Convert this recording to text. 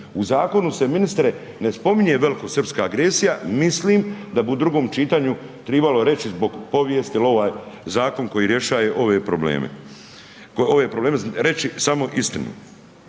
U zakonu se ministre, ne spominje velikosrpska agresija, mislim da bi u drugom čitanju trebalo reći povijesti jer ovaj je zakon koji rješava povijesne probleme, ove probleme reći, samo istinu.